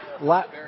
last